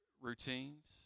routines